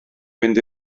fynd